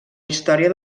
història